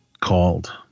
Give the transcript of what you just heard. called